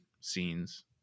scenes